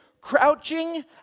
crouching